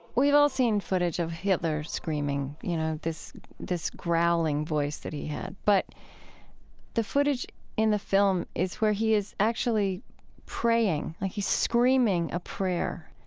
we've all seen footage of hitler screaming, you know, this this growling voice that he had, but the footage in the film is where he is actually praying, like he's screaming a prayer,